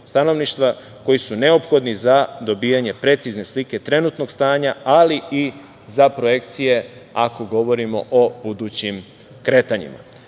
koji su neophodni za dobijanje precizne slike trenutnog stanja, ali i za projekcije ako govorimo o budućim kretanjima. Prema